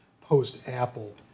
post-Apple